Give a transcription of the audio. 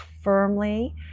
firmly